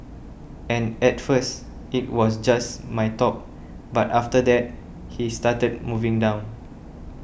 and at first it was just my top but after that he started moving down